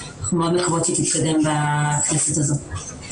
אנחנו מאוד מקוות שהיא תתקדם בכנסת הזאת.